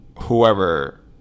Whoever